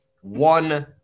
one